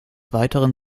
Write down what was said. weiteren